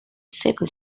civil